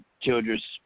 children's